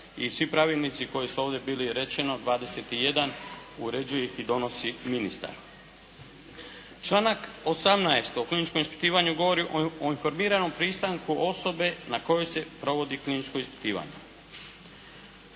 i svi pravilnici koji su ovdje bili je rečeno 21 uređuje ih i donosi ministar. Članak 18. o kliničkom ispitivanju govori o informiranom pristanku osobe na kojoj se provodi kliničko ispitivanje.